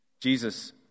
Jesus